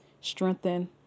strengthen